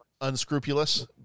unscrupulous